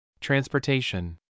Transportation